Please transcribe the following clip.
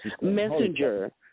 Messenger